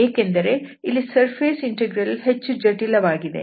ಏಕೆಂದರೆ ಇಲ್ಲಿ surface integral ಹೆಚ್ಚು ಜಟಿಲವಾಗಿದೆ